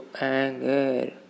anger